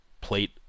plate